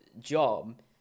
job